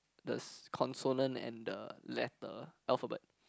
the consonant and the letter alphabet